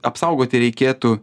apsaugoti reikėtų